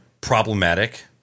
problematic